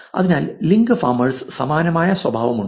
അതിനാൽ link farmers സമാനമായ സ്വഭാവമുണ്ട്